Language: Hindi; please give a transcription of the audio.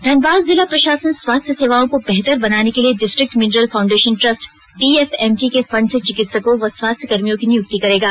धनबाद जिला प्रशासन स्वास्थ्य सेवाओं को बेहतर बनाने के लिए district mineral foundation trust DFMT के फंड से चिकित्सकों व स्वास्थ्यकर्मियों की नियुक्ति करेगा